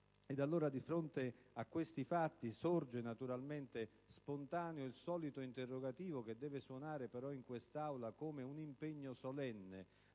Davanti a questi fatti, sorge naturalmente spontaneo il solito proposito, che deve suonare però in quest'Aula come un impegno solenne